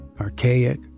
archaic